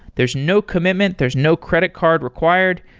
there's no commitment. there's no credit card required.